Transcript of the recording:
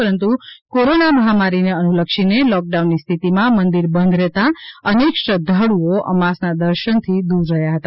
પરંતુ કોરોના મહામારીને અનુલક્ષી લોકડાઉનની સ્થિતિમાં મંદિર બંધ રહેતા અનેક શ્રદ્ધાળુઓ અમાસના દર્શનથી દૂર રહ્યા હતા